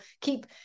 keep